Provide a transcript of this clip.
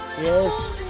Yes